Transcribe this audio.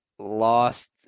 lost